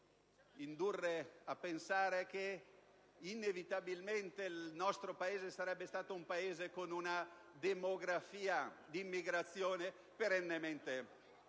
indurre a pensare che, inevitabilmente, il nostro Paese sarebbe stato un Paese con una demografia d'immigrazione perennemente